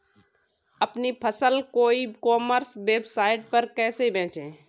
अपनी फसल को ई कॉमर्स वेबसाइट पर कैसे बेचें?